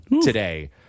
today